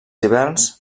hiverns